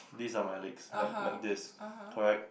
these are my legs like like this correct